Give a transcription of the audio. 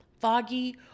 foggy